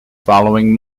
following